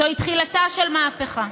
זוהי תחילתה של מהפכה.